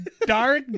dark